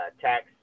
tax